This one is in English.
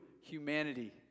humanity